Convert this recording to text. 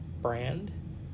brand